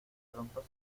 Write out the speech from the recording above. pronto